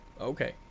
Okay